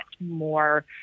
more